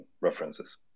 references